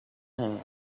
hand